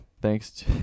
Thanks